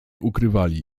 ukrywali